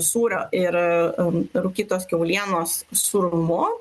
sūrio ir rū rūkytos kiaulienos sūrumu